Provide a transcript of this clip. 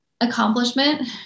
accomplishment